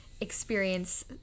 experience